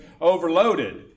overloaded